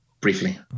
Briefly